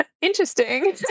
Interesting